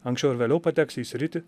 anksčiau ar vėliau pateksi į sritį